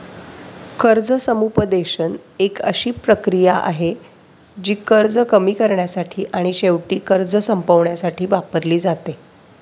कर्ज समुपदेशन एक अशी प्रक्रिया आहे, जी कर्ज कमी करण्यासाठी आणि शेवटी कर्ज संपवण्यासाठी वापरली जाते